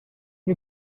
you